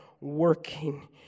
working